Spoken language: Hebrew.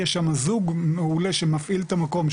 יש שמה זוג מעולה שמפעיל את המקום,